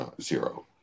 zero